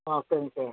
ஆ சரிங்க சார்